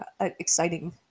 exciting